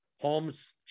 Holmes